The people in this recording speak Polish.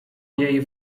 jej